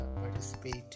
participate